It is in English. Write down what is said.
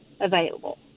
available